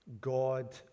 God